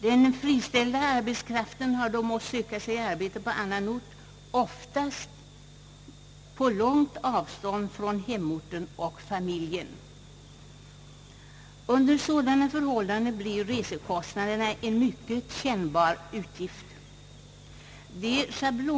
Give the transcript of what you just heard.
Den friställda arbetskraften har då måst söka sig arbete på annan ort, oftast på långt avstånd från hemorten och familjen. Under sådana förhållanden blir resekostnaderna en mycket kännbar utgift.